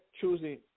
choosing